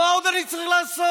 מה עוד אני צריך לעשות?